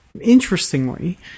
interestingly